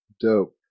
Dope